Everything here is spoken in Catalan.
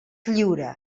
lliure